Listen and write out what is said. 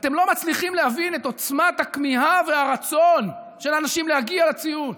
אתם לא מצליחים להבין את עוצמת הכמיהה והרצון של אנשים להגיע לציון,